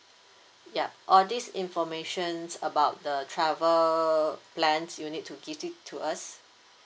ya all these informations about the travel plans you need to give it to us